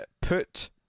put